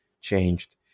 changed